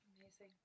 Amazing